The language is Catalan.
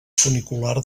funicular